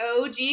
OG